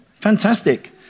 Fantastic